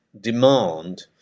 demand